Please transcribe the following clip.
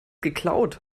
geklaut